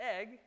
egg